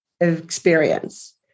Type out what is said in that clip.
experience